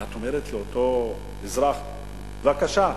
ואת אומרת לאותו אזרח: בבקשה,